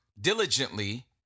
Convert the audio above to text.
diligently